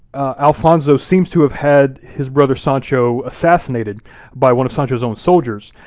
alfonso seems to have had his brother sancho assassinated by one of sancho's own soldiers,